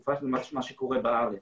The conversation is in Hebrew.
למה שקורה בארץ.